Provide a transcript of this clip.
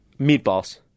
Meatballs